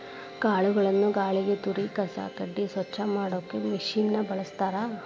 ಕಾಳುಗಳನ್ನ ಗಾಳಿಗೆ ತೂರಿ ಕಸ ಕಡ್ಡಿ ಸ್ವಚ್ಛ ಮಾಡಾಕ್ ಮಷೇನ್ ನ ಬಳಸ್ತಾರ